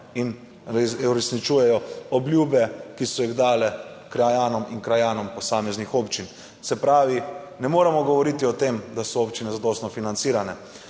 in uresničujejo obljube, ki so jih dale krajanom in krajanom posameznih občin. Se pravi, ne moremo govoriti o tem, da so občine zadostno financirane.